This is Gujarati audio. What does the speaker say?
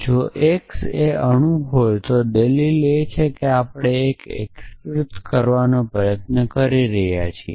જો x એ અણુ હોય તો દલીલ કે જે આપણે એકીકૃત કરવાનો પ્રયાસ કરી રહ્યા છીએ